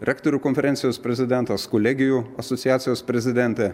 rektorių konferencijos prezidentas kolegijų asociacijos prezidentė